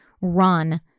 run